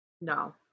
No